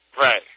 Right